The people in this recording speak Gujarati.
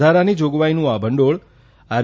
વધારાની જાગવાઇનું આ ભંડોળ આર